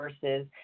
versus